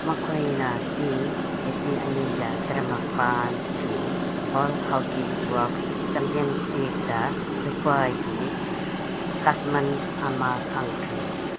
ꯃꯈꯣꯏꯅ ꯏꯪ ꯂꯤꯁꯤꯡ ꯑꯅꯤꯒ ꯇꯔꯥꯃꯄꯟꯒꯤ ꯕꯣꯜ ꯍꯣꯛꯀꯤ ꯋꯥꯔꯜ ꯆꯦꯝꯄꯤꯌꯟꯁꯤꯞꯇ ꯂꯨꯄꯥꯒꯤ ꯇꯛꯃꯥꯟ ꯑꯃ ꯐꯪꯈ꯭ꯔꯦ